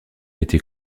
été